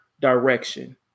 direction